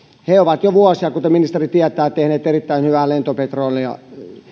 he ovat jo vuosia kuten ministeri tietää tehneet erittäin hyvää lentopetrolia